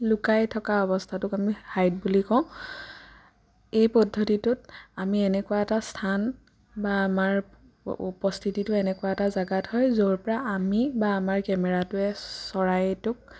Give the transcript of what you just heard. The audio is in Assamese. লোকাই থকা অৱস্থাটোক আমি হাইড বুলি কওঁ এই পদ্ধতিটোত আমি এনেকুৱা এটা স্থান বা আমাৰ উপস্থিতিটো এনেকুৱা এটা জেগাত হয় য'ৰ পৰা আমি বা আমাৰ কেমেৰাটোৱে চৰাইটোক